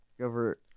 over